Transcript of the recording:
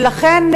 ולכן,